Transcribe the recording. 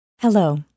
Hello